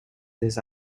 this